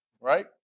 right